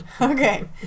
Okay